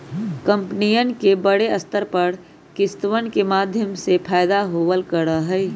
कम्पनियन के बडे स्तर पर किस्तवन के माध्यम से फयदा होवल करा हई